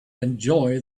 enjoy